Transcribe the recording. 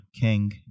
King